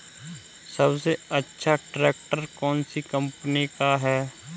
सबसे अच्छा ट्रैक्टर कौन सी कम्पनी का है?